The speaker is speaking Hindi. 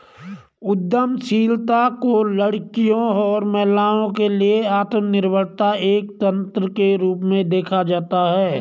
उद्यमशीलता को लड़कियों और महिलाओं के लिए आत्मनिर्भरता एक तंत्र के रूप में देखा जाता है